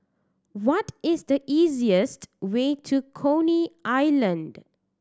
what is the easiest way to Coney Island